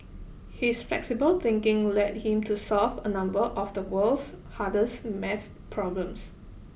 his flexible thinking led him to solve a number of the world's hardest math problems